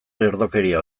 lerdokeria